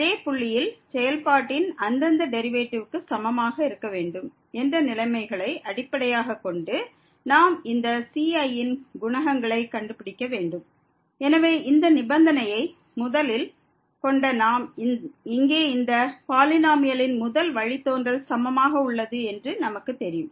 அதே புள்ளியில் செயல்பாட்டின் அந்தந்த டெரிவேட்டிவ்க்கு சமமாக இருக்க வேண்டும் என்ற நிலைமைகளை அடிப்படையாகக் கொண்டு நாம் இந்த ci ன் குணகங்களை கண்டுபிடிக்க வேண்டும் எனவே இந்த நிபந்தனையை முதலில் கொண்ட நமக்கு இங்கே இந்த பாலினோமியலின் முதல் வழித்தோன்றல் சமமாக உள்ளது என்று நமக்கு தெரியும்